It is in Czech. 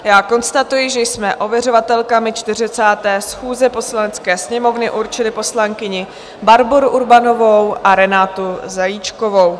A já konstatuji, že jsme ověřovatelkami 40. schůze Poslanecké sněmovny určili poslankyni Barboru Urbanovou a Renátu Zajíčkovou.